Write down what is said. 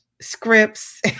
scripts